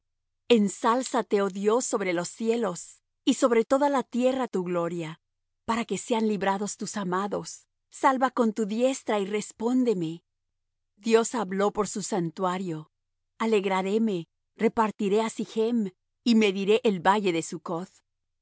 verdad ensálzate oh dios sobre los cielos y sobre toda la tierra tu gloria para que sean librados tus amados salva con tu diestra y respóndeme dios habló por su santuario alegraréme repartiré á sichm y mediré el valle de